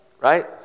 right